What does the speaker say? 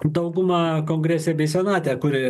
dauguma kongrese bei senate kuri